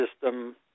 system